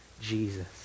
Jesus